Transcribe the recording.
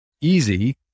easy